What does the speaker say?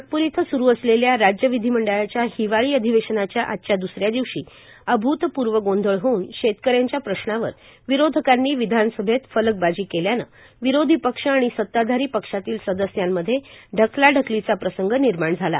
नागपूर इथं सुरू असलेल्या राज्य विधीमंडळाच्या हिवाळी अधिवेशनाच्या आजच्या दुसऱ्या दिवशी अभ्तपूर्व गोंधळ होऊन शेतकऱ्यांच्या प्रश्नावर विरोधकांनी विधानसभेत फलकबाजी केल्यानं विरोधी पक्ष आणि सताधारी पक्षातील सदस्यांमध्ये ढकलाढकलीचा प्रसंग निर्माण झाला